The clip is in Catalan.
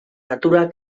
natura